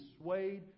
swayed